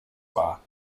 war